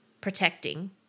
protecting